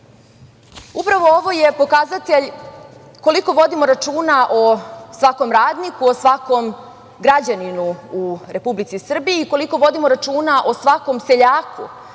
Upravo ovo je pokazatelj koliko vodimo računa o svakom radniku, o svakom građaninu u Republici Srbiji i koliko vodimo računa o svakom seljaku